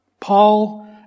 Paul